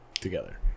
together